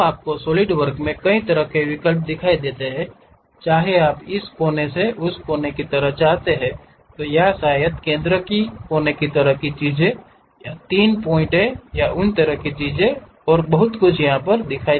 तो आपके सॉलिडवर्क में कई तरह के विकल्प दिखाई देते हैं चाहे आप इस कोने को कोने की तरह चाहते हों या शायद केंद्र के कोने की तरह की चीजों को या 3 प्वाइंट तरह की चीजों को और भी बहुत कुछ